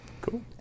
Cool